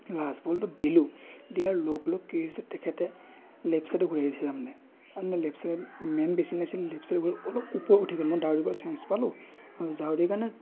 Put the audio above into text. last বলটো দিলোঁ দিয়াৰ লগ লগ কি হৈছে তেখেতে লেফ্ট চাইডে ঘূৰি দিছে তাৰমানে তাৰমানে লেফ্ট চাইড মেইন আছিল লেফ্ট চাইডে গ'ল অলপ ওপৰ উঠি গ'ল মই দাউৰিবা চান্স পালোঁ দাউৰি কিনে